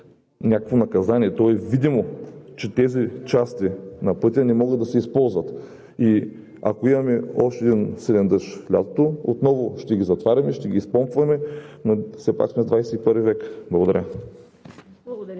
някакво наказание. То е видимо, че тези части на пътя не могат да се използват и ако имаме още един силен дъжд лятото, отново ще ги затваряме и ще изпомпваме. Все пак сме XXI век. Благодаря.